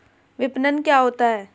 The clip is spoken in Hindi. विपणन क्या होता है?